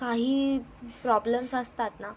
काही प्रॉब्लम्स असतात ना